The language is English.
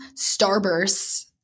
starbursts